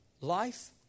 Life